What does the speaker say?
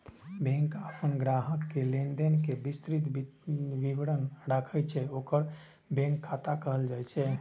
bank अपन ग्राहक के लेनदेन के विस्तृत विवरण राखै छै, ओकरे बैंक खाता कहल जाइ छै